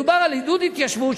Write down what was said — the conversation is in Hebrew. מדובר על עידוד התיישבות,